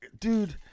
dude